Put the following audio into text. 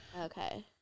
Okay